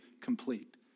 complete